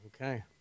Okay